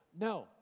no